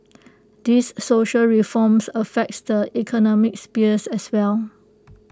these social reforms affect the economic sphere as well